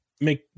make